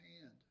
hand